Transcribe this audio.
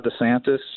DeSantis